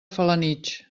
felanitx